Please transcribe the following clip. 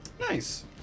Nice